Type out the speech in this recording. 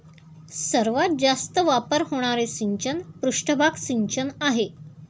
सर्वात जास्त वापर होणारे सिंचन पृष्ठभाग सिंचन आहे